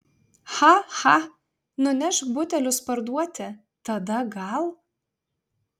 cha cha nunešk butelius parduoti tada gal